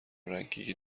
رنکینگ